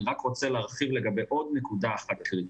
אני רק רוצה להרחיב לגבי עוד נקודה אחת קריטית.